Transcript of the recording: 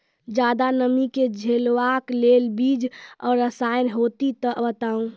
ज्यादा नमी के झेलवाक लेल बीज आर रसायन होति तऽ बताऊ?